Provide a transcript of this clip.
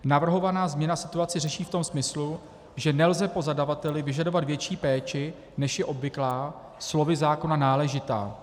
Navrhovaná změna situaci řeší v tom smyslu, že nelze po zadavateli vyžadovat větší péči, než je obvyklá, slovy zákona: náležitá.